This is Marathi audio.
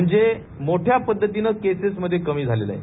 म्हणजे मोठ्या पद्धतीनं केसेसमधे कमी झालेली आहे